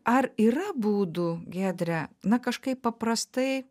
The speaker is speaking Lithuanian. ar yra būdų giedre na kažkaip paprastai